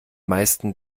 meisten